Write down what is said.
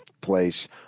place